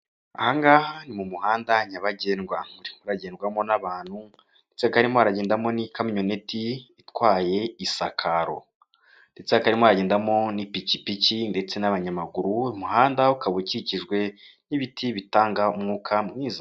Aha ngaha ni mu muhanda nyabagendwa. Urimo uragendwamo n'abantu ndetse hakaba harimo haragendamo n'ikamyoniti, itwaye isakaro ndetse hakaba hariho hagendamo n'ipikipiki ndetse n'abanyamaguru, uyu muhanda ukaba ukikijwe n'ibiti bitanga umwuka mwiza.